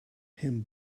him